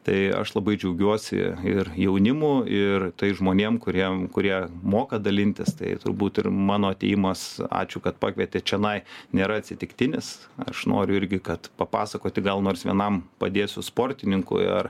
tai aš labai džiaugiuosi ir jaunimu ir tais žmonėm kuriem kurie moka dalintis tai turbūt ir mano atėjimas ačiū kad pakvietėt čionai nėra atsitiktinis aš noriu irgi kad papasakoti gal nors vienam padėsiu sportininkui ar